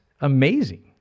amazing